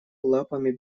лапами